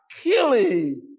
killing